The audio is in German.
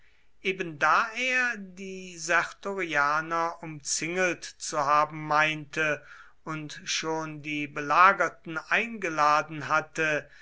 ebenda er die sertorianer umzingelt zu haben meinte und schon die belagerten eingeladen hatte